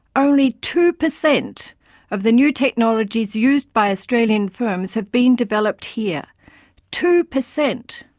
only two per cent of the new technologies used by australian firms have been developed here two per cent!